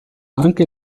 anche